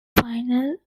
final